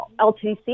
LTC